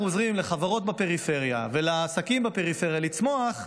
עוזרים לחברות בפריפריה ולעסקים בפריפריה לצמוח.